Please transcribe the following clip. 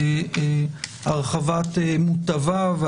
בהרחבת מוטביו,